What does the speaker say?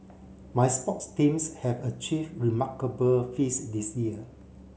my sports teams have achieved remarkable feats this year